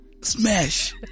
Smash